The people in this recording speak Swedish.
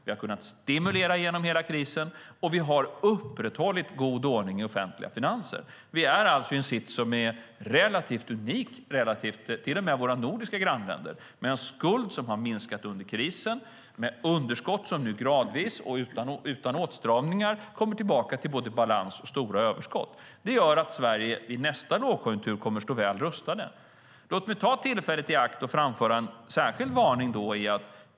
Vi har kunnat stimulera genom hela krisen, och vi har upprätthållit god ordning i offentliga finanser. Vi är alltså i en sits som är relativt unik, till och med jämfört med våra nordiska grannländer. Det är en skuld som har minskat under krisen, och det är underskott som nu gradvis och utan åtstramningar kommer tillbaka till både balans och stora överskott. Det gör att Sverige i nästa lågkonjunktur kommer att stå väl rustat. Låt mig ta tillfället i akt att framföra en särskild varning.